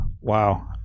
wow